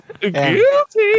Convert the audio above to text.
Guilty